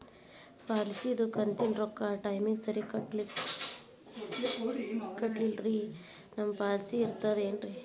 ಪಾಲಿಸಿದು ಕಂತಿನ ರೊಕ್ಕ ಟೈಮಿಗ್ ಸರಿಗೆ ಕಟ್ಟಿಲ್ರಿ ನಮ್ ಪಾಲಿಸಿ ಇರ್ತದ ಏನ್ರಿ?